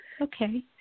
okay